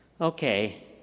Okay